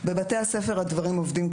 בדיקות יומיות לעניין הבידודים,